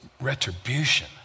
retribution